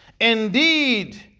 Indeed